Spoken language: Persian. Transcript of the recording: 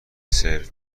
سرو